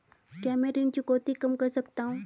क्या मैं ऋण चुकौती कम कर सकता हूँ?